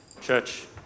Church